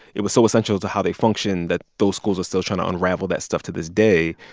it was so essential to how they function that those schools are still trying to unravel that stuff to this day.